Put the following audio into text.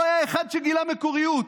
לא היה אחד שגילה מקוריות.